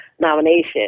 nomination